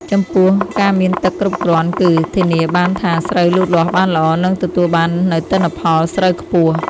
ចំពោះ ការមានទឹកគ្រប់គ្រាន់គឺ ធានាបានថាស្រូវលូតលាស់បានល្អ និងទទួលបាននូវទិន្នផលស្រូវខ្ពស់។